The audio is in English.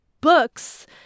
books